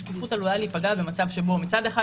השקיפות עלולה להיפגע במצב שבו מצד אחד,